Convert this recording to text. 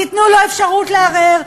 תיתנו לו אפשרות לערער.